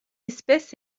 espèce